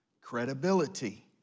Credibility